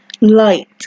light